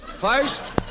First